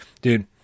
dude